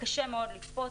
קשה מאוד לצפות,